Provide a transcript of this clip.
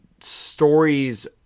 stories